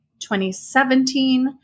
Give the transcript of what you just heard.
2017